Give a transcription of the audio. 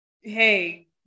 Hey